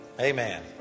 Amen